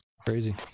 crazy